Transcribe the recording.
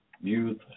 youth